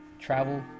travel